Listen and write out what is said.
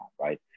right